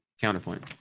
counterpoint